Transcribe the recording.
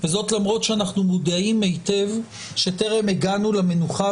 וזאת למרות שאנחנו מודעים היטב שטרם הגענו למנוחה